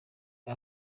aba